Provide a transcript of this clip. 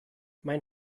mein